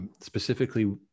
specifically